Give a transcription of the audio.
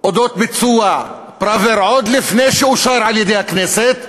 על אודות ביצוע תוכנית פראוור עוד לפני שהחוק אושר על-ידי הכנסת,